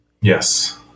Yes